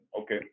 okay